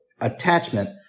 attachment